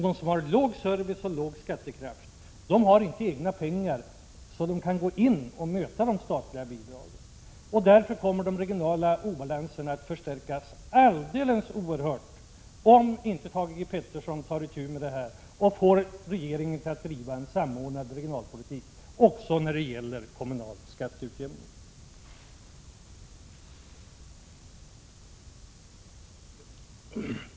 De som har låg service och låg skattekraft har däremot inte så mycket egna pengar att de kan gå in och möta de statliga bidragen. Därför kommer de regionala obalanserna att förstärkas alldeles oerhört, om inte Thage Peterson tar itu med detta och får regeringen att driva en samordnad regionalpolitik också när det gäller kommunal skatteutjämning.